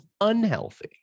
unhealthy